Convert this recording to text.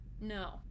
no